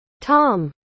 tom